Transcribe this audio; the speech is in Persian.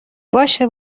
باشه